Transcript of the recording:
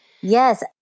Yes